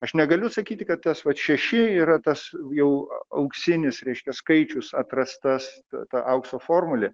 aš negaliu sakyti kad tas vat šeši yra tas jau auksinis reiškia skaičius atrastas ta aukso formulė